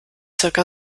circa